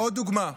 עוד דוגמה,